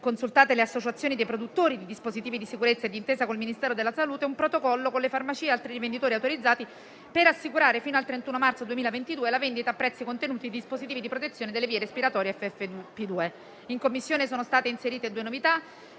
consultate le associazioni dei produttori di dispositivi di sicurezza, e di intesa con il Ministero della salute, un protocollo con le farmacie e altri rivenditori autorizzati per assicurare, fino al 31 marzo 2022, la vendita a prezzi contenuti dei dispositivi di protezione delle vie respiratorie FFP2. In Commissione sono state inserite due novità: